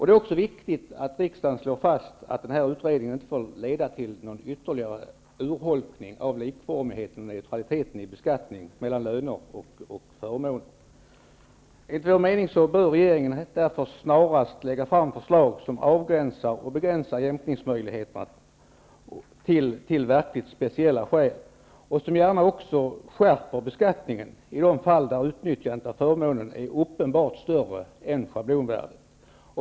Det är också viktigt att riksdagen slår fast att denna utredning inte får leda till någon ytterligare urholkning av likformigheten och neutraliteten i beskattningen mellan löner och förmåner. Enligt vår mening bör regeringen därför snarast lägga fram förslag som avgränsar och begränsar jämkningsmöjligheterna till verkligt speciella skäl. Man skall gärna också skärpa beskattningen i de fall där utnyttjandet av förmånen är uppenbart större än schablonvärdet.